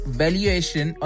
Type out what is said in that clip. valuation